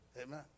Amen